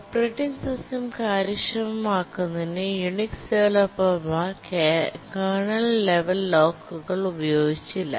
operating system കാര്യക്ഷമമാക്കുന്നതിന് Unix ഡവലപ്പർമാർ kernel level ലോക്കുകൾ ഉപയോഗിച്ചില്ല